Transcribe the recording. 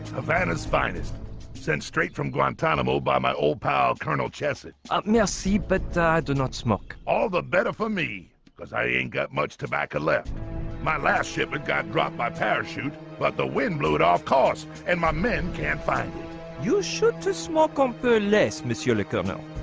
a van is finest sent straight from guantanamo by my old pal colonel jessep oh, missy but i do not smoke all the better for me cuz i ain't got much tobacco left my last shipment got dropped by parachute but the wind blew it off course and my men can't find you should to smoke um infer less monsieur. le colonel